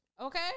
Okay